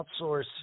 outsource